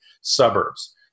suburbs